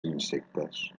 insectes